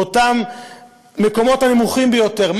באותם המקומות הנמוכים ביותר,